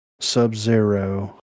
Sub-Zero